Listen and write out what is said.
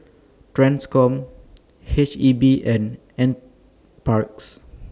TRANSCOM H E B and N Parks